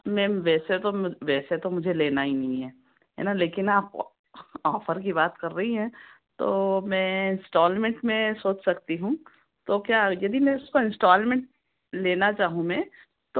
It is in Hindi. मैम वैसे तो वैसे तो मुझे लेना ही नहीं है है ना लेकिन आप ऑफर की बात कर रही हैं तो मैं इंस्टॉलमेंट में सोच सकती हूँ तो क्या यदि मैं इसको इंस्टॉलमेंट लेना चाहूँ मैं तो